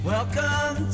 Welcome